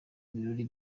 ibirori